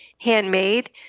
handmade